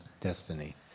destiny